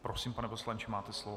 Prosím, pane poslanče, máte slovo.